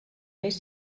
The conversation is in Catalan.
més